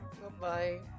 Goodbye